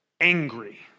angry